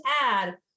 add